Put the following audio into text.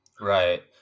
Right